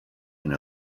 and